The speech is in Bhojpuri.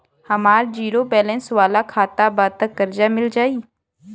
हमार ज़ीरो बैलेंस वाला खाता बा त कर्जा मिल जायी?